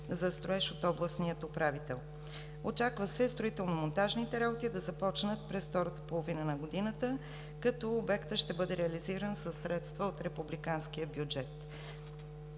за строеж от областния управител. Очаква се строително-монтажните работи да започнат през втората половина на годината, като обектът ще бъде реализиран със средства от републиканския бюджет.